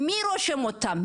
מי רושם אותם?